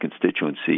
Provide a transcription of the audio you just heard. constituency